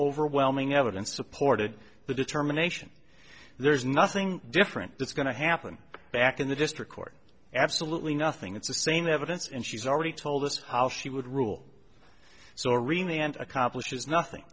overwhelming evidence supported the determination there is nothing different that's going to happen back in the district court absolutely nothing it's the same evidence and she's already told us how she would rule so renae and accomplishes nothing